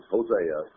Hosea